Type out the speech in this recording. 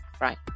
Right